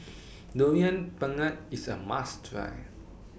Durian Pengat IS A must Try